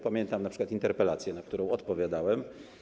Pamiętam na przykład interpelację, na którą odpowiadałem.